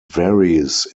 varies